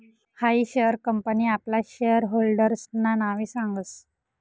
हायी share company आपला share होल्डर्सना नावे सांगस